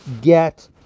get